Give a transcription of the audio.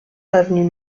avenue